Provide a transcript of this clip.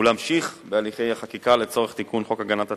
ולהמשיך בהליכי החקיקה לצורך תיקון חוק הגנת הצרכן,